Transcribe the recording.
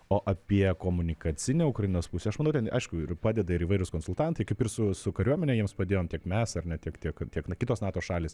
o apie komunikacinę ukrainos pusę aš manau ten aišku ir padeda ir įvairūs konsultantai kaip ir su su kariuomene jiems padėjom tiek mes ar ne tiek tiek tiek kitos nato šalys